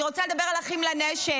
אני רוצה לדבר על אחים לנשק,